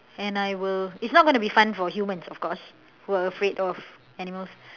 and I will it's not going to be fun for humans of course who are afraid of animals